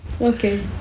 Okay